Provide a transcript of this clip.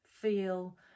feel